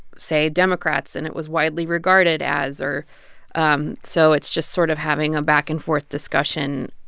say democrats and it was widely regarded as or um so it's just sort of having a back-and-forth discussion.